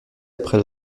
après